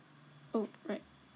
oh right